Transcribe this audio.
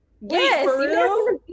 yes